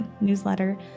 newsletter